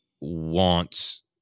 wants